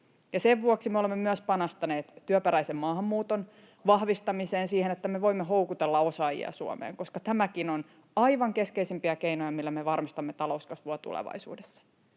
Sen vuoksi me olemme panostaneet myös työperäisen maahanmuuton vahvistamiseen, siihen, että me voimme houkutella osaajia Suomeen, koska tämäkin on aivan keskeisimpiä keinoja, millä me varmistamme talouskasvua tulevaisuudessa.